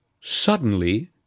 Suddenly